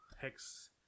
hex